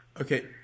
Okay